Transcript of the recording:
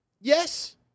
Yes